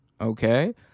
Okay